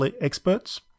experts